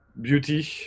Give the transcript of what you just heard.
beauty